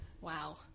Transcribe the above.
Wow